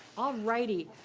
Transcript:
alrighty.